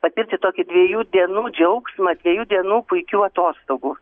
patirti tokį dviejų dienų džiaugsmą dviejų dienų puikių atostogų